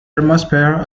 atmosphere